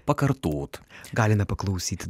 pakartot galime paklausyti